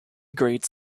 grade